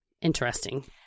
Interesting